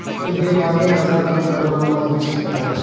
تہٕ بیٚیہِ واریاہ نظارٕ تَمہِ گنڈولا منٛز وُچھِتھ ہیٚکان چھِ